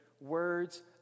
words